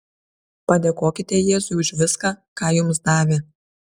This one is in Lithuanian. padėkokite jėzui už viską ką jums davė